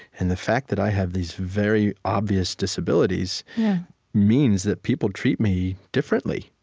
and the fact that i have these very obvious disabilities means that people treat me differently,